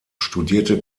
studierte